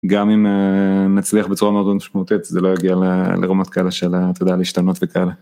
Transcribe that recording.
גם אם נצליח בצורה מאוד מאוד משמעותית, זה לא יגיע לרמות כאלה שאלה, אתה יודע, להשתנות וכאלה.